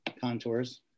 contours